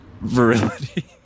virility